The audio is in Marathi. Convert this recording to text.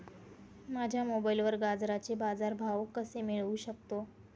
मी मोबाईलवर गाजराचे बाजार भाव कसे मिळवू शकतो?